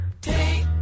Take